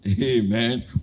amen